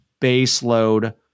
baseload